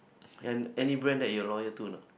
and any brand that you're loyal to or not